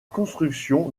construction